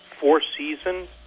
four-season